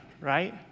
right